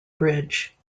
bridge